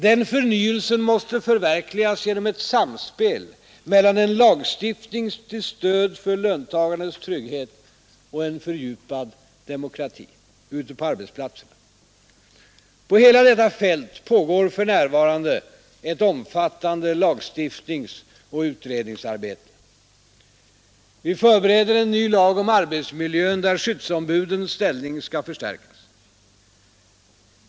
Denna förnyelse måste förverkligas genom ett samspel mellan en lagstiftning till stöd för löntagarnas trygghet och en fördjupad demokrati ute på arbetsplatserna. På hela detta fält pågår för närvarande ett omfattande lagstiftningsoch utredningsarbete. Vi förbereder en ny lag om arbetsmiljön, där skyddsombudens ställning skall förstärkas.